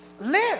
live